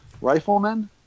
riflemen